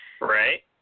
Right